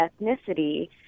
ethnicity